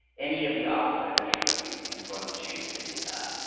any of the options i just showed you. you can go in and change at any time.